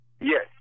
Yes